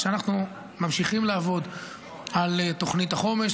כשאנחנו ממשיכים לעבוד על תוכנית החומש.